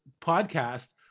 podcast